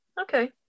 okay